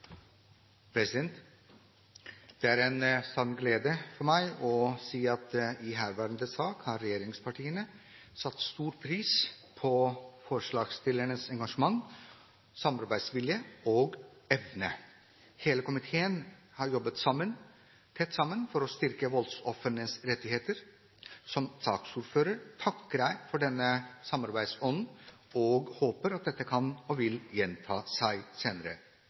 vedtatt. Det er en sann glede for meg å si at i herværende sak har regjeringspartiene satt stor pris på forslagsstillernes engasjement, samarbeidsvilje og samarbeidsevne. Hele komiteen har jobbet tett sammen for å styrke voldsofrenes rettigheter. Som saksordfører takker jeg for denne samarbeidsånden og håper at dette kan og vil gjenta seg senere.